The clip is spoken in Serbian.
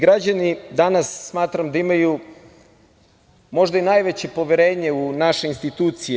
Građani danas, smatram, imaju možda i najveće poverenje u naše institucije.